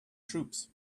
troops